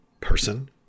person